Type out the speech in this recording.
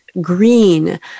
green